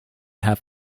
have